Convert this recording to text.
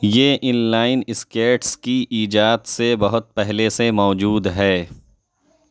یہ inline skates کی ایجاد سے بہت پہلے سے موجود ہے